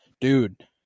Dude